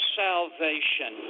salvation